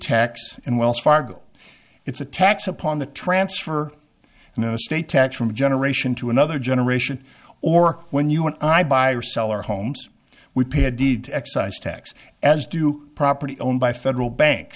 tax and wells fargo it's a tax upon the transfer an estate tax from a generation to another generation or when you when i buy or sell our homes we pay a deed to excise tax as do property owned by federal bank